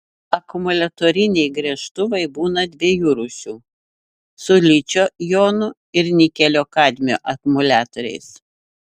akumuliatoriniai gręžtuvai būna dviejų rūšių su ličio jonų ir nikelio kadmio akumuliatoriais